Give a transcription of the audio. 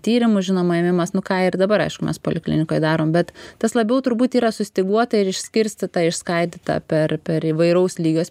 tyrimų žinoma ėmimas nu ką ir dabar aišku mes poliklinikoj darom bet tas labiau turbūt yra sustyguota ir išskirstyta išskaidyta per per įvairaus lygio